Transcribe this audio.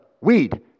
weed